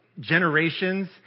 generations